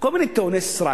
היו כל מיני טיעוני סרק.